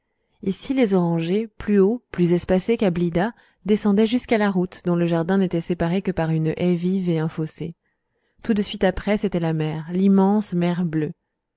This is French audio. ici les orangers plus hauts plus espacés qu'à blidah descendaient jusqu'à la route dont le jardin n'était séparé que par une haie vive et un fossé tout de suite après c'était la mer l'immense mer bleue